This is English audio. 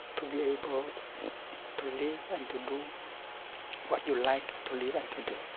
to be able to live and to do what you like to live and to do.